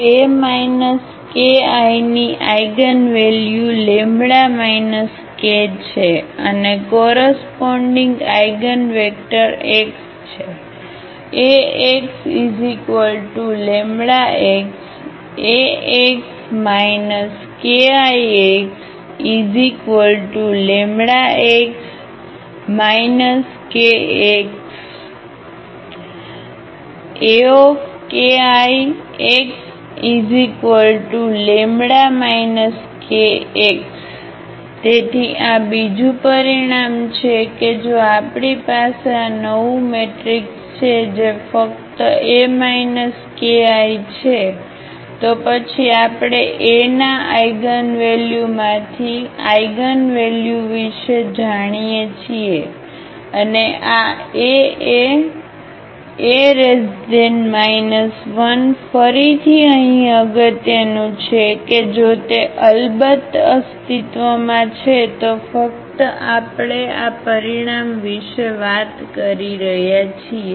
ની eigenvalue λ k છે અને કોરસપોન્ડીગ આઇગનવેક્ટર x છે Axλx ⇒Ax kIxλx kx A kIxλ kx તેથી આ બીજું પરિણામ છે કે જો આપણી પાસે આ નવું મેટ્રિક્સ છે જે ફક્ત A kI છે તો પછી આપણે A ના આઇગનવેલ્યુમાંથી આઇગનવેલ્યુ વિશે જાણીએ છીએ અને આ એ A 1 ફરીથી અહીં અગત્યનું છે કે જો તે અલબત્ત અસ્તિત્વમાં છે તો ફક્ત આપણે આ પરિણામ વિશે વાત કરી રહ્યા છીએ